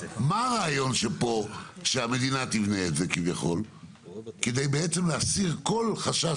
הרעיון פה הוא שהמדינה תבנה את זה כדי להסיר כל חשש